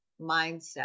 mindset